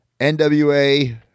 NWA